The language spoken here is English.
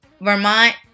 Vermont